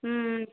ம்